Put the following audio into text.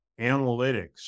analytics